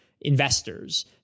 investors